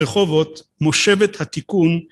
רחובות, מושבת התיקון